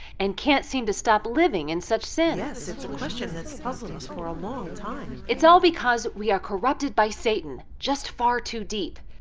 and can't seem to stop living in such sin? yes, it's a question that's puzzled us for a long time. it's all because we are corrupted by satan just far too deep